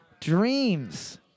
Dreams